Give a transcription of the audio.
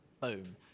boom